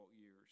years